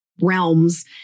realms